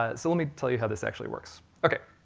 ah so let me tell you how this actually works. okay,